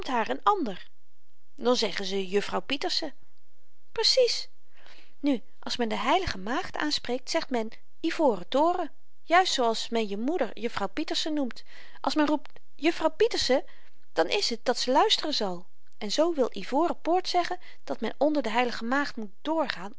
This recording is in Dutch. een ander dan zeggen ze jufvrouw pieterse precies nu als men de heilige maagd aanspreekt zegt men ivoren toren juist zoo als men je moeder jufvrouw pieterse noemt als men roept jufvrouw pieterse dan is het dat ze luisteren zal en zoo wil ivoren poort zeggen dat men onder de heilige maagd moet doorgaan